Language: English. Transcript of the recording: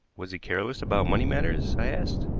was he careless about money matters? i asked.